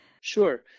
Sure